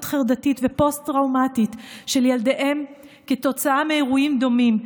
חרדתית ופוסט-טראומטית של ילדיהם כתוצאה מאירועים דומים,